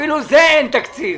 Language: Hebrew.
אפילו לזה אין תקציב.